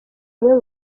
umwe